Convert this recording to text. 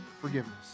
forgiveness